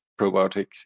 probiotics